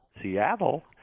Seattle